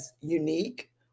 unique